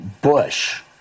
Bush